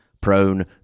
prone